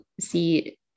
see